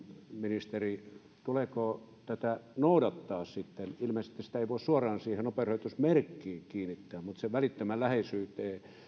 ministeri tuleeko tätä noudattaa ilmeisesti sitä ei voi suoraan siihen nopeusrajoitusmerkkiin kiinnittää mutta sen välittömään läheisyyteen voi niin